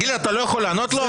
תגיד לי, אתה לא יכול לענות לו?